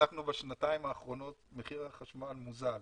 בשנתיים האחרונות מחיר החשמל מוזל.